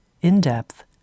in-depth